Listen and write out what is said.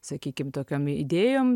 sakykim tokiom idėjom